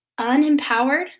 unempowered